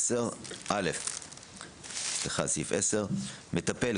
סעיף 10 מטפל,